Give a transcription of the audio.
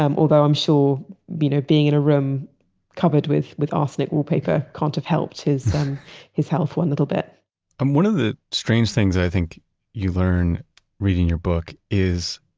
um although i'm sure you know being in a room covered with with arsenic wallpaper content helped his his health one little bit one of the strange things i think you learn reading your book is